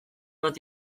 bat